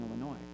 Illinois